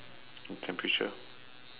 temperature